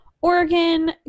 oregon